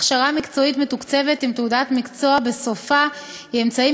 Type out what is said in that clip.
הכשרה מקצועית מתוקצבת עם תעודת מקצוע בסופה היא אמצעי